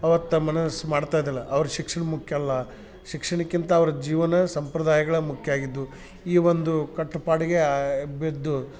ಅವತ್ತು ಮನಸ್ಸು ಮಾಡ್ತಾ ಇದ್ದಿಲ್ಲ ಅವ್ರು ಶಿಕ್ಷಣ ಮುಖ್ಯ ಅಲ್ಲ ಶಿಕ್ಷಣಕ್ಕಿಂತ ಅವ್ರ ಜೀವನ ಸಂಪ್ರದಾಯಗಳೇ ಮುಖ್ಯ ಆಗಿದ್ದವು ಈ ಒಂದು ಕಟ್ಟುಪಾಡಿಗೆ ಬಿದ್ದು